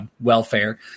welfare